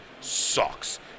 sucks